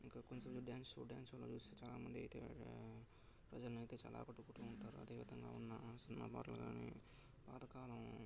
ఇంకా కొంచెం dance show dance షోలు చూస్తే చాలామంది అయితే ఆడ ప్రజలను అయితే చాలా ఆకట్టుకుంటా ఉంటారు అదేవిధంగా ఉన్న సినిమా పాటలు కాని పాత కాలం